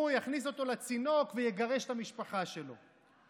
הוא יכניס אותו לצינוק ויגרש את המשפחה שלו.